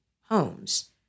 homes